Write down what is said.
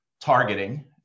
targeting